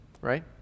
Right